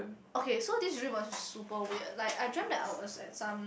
okay so this dream paralysis is super weird like I dreamt that I was at some